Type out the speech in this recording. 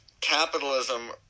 capitalism